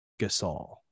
Gasol